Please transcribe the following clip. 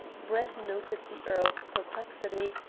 brett noted the earl's perplexity,